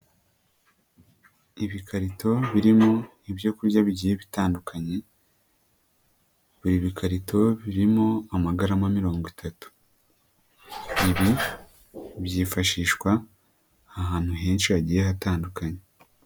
Ibikarito birimo ibyo kurya bigiye bitandukanye. Buri bikarito birimo amagara mirongo itatu. Ibi byifashishwa ahantu henshi hagiye hatandukanye.